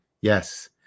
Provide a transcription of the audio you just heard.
Yes